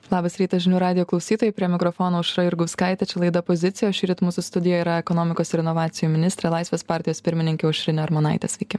labas rytas žinių radijo klausytojai prie mikrofono aušra jurgauskaitė čia laida pozicija o šįryt mūsų studijo yra ekonomikos ir inovacijų ministrė laisvės partijos pirmininkė aušrinė armonaitė sveiki